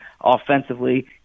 offensively